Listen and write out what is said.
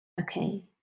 okay